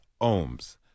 Ohms